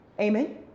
Amen